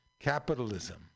capitalism